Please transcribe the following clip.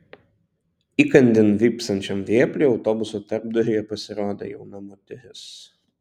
įkandin vypsančiam vėpliui autobuso tarpduryje pasirodė jauna moteris